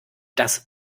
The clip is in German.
das